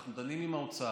אנחנו דנים עם האוצר